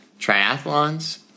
triathlons